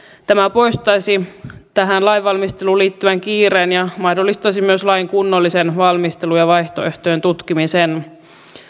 tämä poistaisi tähän lainvalmisteluun liittyvän kiireen ja mahdollistaisi myös lain kunnollisen valmistelun ja vaihtoehtojen tutkimisen